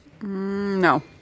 No